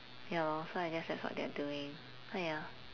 ya lor so I guess that's what they're doing so ya